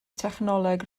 technoleg